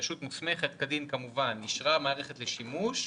רשות מוסמכת כדין אישרה מערכת לשימוש,